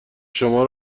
شما